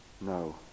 No